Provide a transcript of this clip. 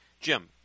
Jim